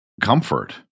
Comfort